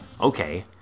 Okay